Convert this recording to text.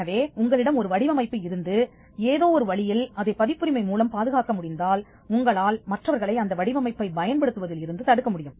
எனவே உங்களிடம் ஒரு வடிவமைப்பு இருந்து ஏதோ ஒரு வழியில் அதை பதிப்புரிமை மூலம் பாதுகாக்க முடிந்தால் உங்களால் மற்றவர்களை அந்த வடிவமைப்பை பயன்படுத்துவதில் இருந்து தடுக்க முடியும்